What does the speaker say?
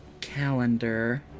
calendar